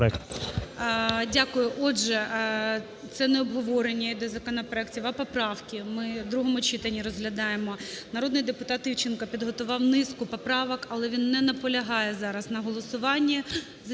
Дякую. Отже, це не обговорення йде законопроектів, а поправки ми в другому читанні розглядаємо. Народний депутат Івченко підготував низку поправок, але він не наполягає зараз на голосуванні